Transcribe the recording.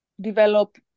develop